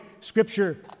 Scripture